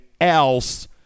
else